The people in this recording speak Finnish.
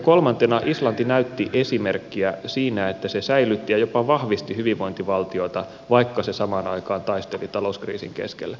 kolmantena islanti näytti esimerkkiä siinä että se säilytti ja jopa vahvisti hyvinvointivaltiota vaikka se samaan aikaan taisteli talouskriisin keskellä